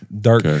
Dark